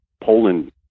Poland